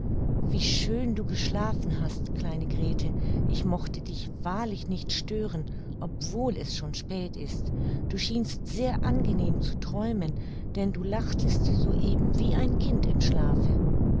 wie schön du geschlafen hast kleine grete ich mochte dich wahrlich nicht stören obwohl es schon spät ist du schienst sehr angenehm zu träumen denn du lachtest so eben wie ein kind im schlafe